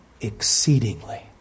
exceedingly